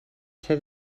ser